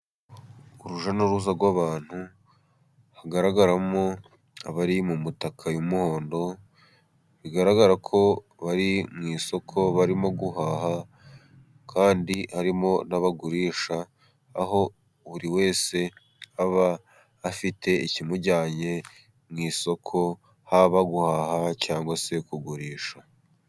Urujya n'uruza rw'abantu hagaragaramo abari mu mutaka w'umuhondo, bigaragara ko bari mu isoko barimo guhaha, kandi harimo n'abagurisha, aho buri wese aba afite ikimujyanye mu isoko, haba guhaha cyangwa se kugurisha.